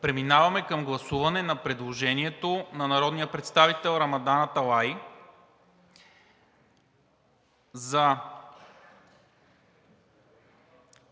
Преминаваме към гласуване на предложението на народния представител Рамадан Аталай за